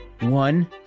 one